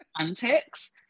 antics